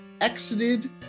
exited